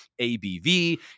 ABV